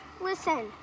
listen